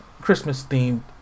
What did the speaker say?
Christmas-themed